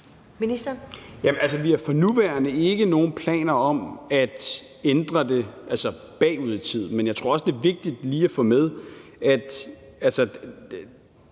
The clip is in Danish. Vi har for nuværende ikke nogen planer om at ændre det bagud i tid. Men jeg tror også, det er vigtigt lige at få med, at